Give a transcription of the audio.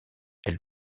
elle